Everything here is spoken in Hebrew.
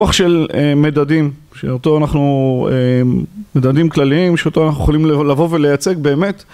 של מדדים, שאותו אנחנו מדדים כלליים, שאותו אנחנו יכולים לבוא ולייצג באמת.